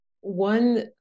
one